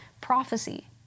prophecy